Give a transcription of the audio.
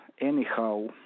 anyhow